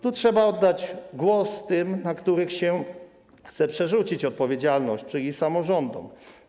Tu trzeba oddać głos tym, na których się chce przerzucić odpowiedzialność, czyli samorządom.